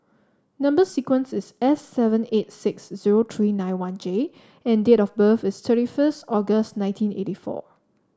number sequence is S seven eight six zero three nine one J and date of birth is thirty first August nineteen eighty four